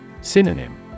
Synonym